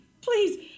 please